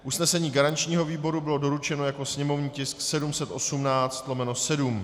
Usnesení garančního výboru bylo doručeno jako sněmovní tisk 718/7.